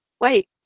wait